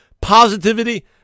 positivity